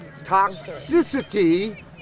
toxicity